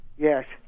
Yes